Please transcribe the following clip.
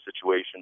situation